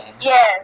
Yes